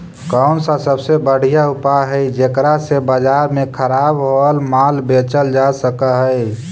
कौन सा सबसे बढ़िया उपाय हई जेकरा से बाजार में खराब होअल माल बेचल जा सक हई?